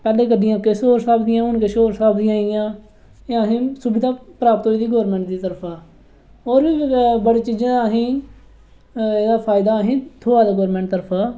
पैह्ले गड्डियां किश होर स्हाब दियां हा हून किश होर स्हाब दियां आइयां एह् अहेंई सुविधा प्राप्त होइ दी गौरमैंट दी तरफा होर बी बड़े चीजें दे अहें ई फायदे ऐ अहेंई थ्होआ दा गौरमैंट दी तरफा दा